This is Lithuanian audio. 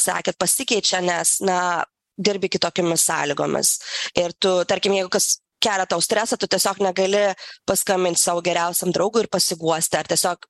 sakėt pasikeičia nes na dirbi kitokiomis sąlygomis ir tu tarkim jeigu kas kelia tau stresą tu tiesiog negali paskambint savo geriausiam draugui ir pasiguosti ar tiesiog